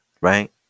right